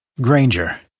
Granger